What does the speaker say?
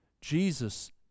Jesus